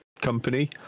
company